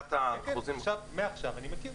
לקראת החוזים --- מעכשיו אני מכיר.